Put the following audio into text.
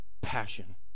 passion